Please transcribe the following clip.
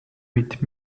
mit